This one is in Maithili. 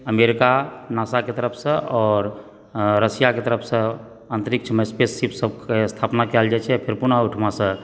अमेरिका नासाके तरफसंँ आओर रशिया कऽ तरफसंँ अंतरिक्षमे स्पेसशिप सबकेँ स्थापना कएल जाइ छै फेर पुनः ओहिठमासंँ